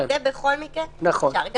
את זה בכל מקרה אפשר.